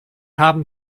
haben